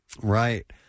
Right